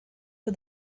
for